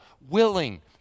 willing